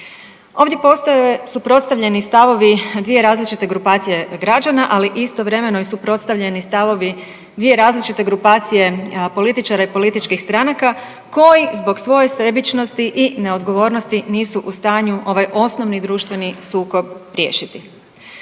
Ovdje postoje suprotstavljeni stavovi dvije različite grupacije građana, ali istovremeno i suprotstavljeni stavovi dvije različite grupacije političara i političkih stranaka koji zbog svoje sebičnosti i neodgovornosti nisu u stanju ovaj osnovi društveni sukob riješiti.